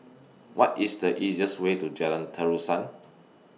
What IS The easiest Way to Jalan Terusan